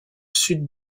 sud